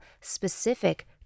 specific